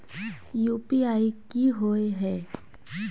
UPI की होय है?